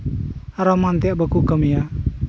ᱟᱨᱚ ᱮᱢᱟᱱ ᱛᱮᱭᱟᱜ ᱵᱟᱠᱚ ᱠᱟᱹᱢᱤᱭᱟ